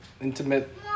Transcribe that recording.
intimate